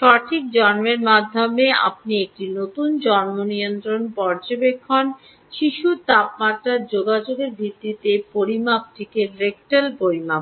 সঠিক জন্মের মাধ্যমে আপনি একটি নতুন জন্মনিয়ন্ত্রণ পর্যবেক্ষণ শিশুর তাপমাত্রার যোগাযোগ ভিত্তিক পরিমাপটি রেকটাল পরিমাপ